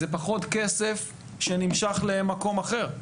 זה פחות כסף שנמשך למקום אחר.